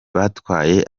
batwaye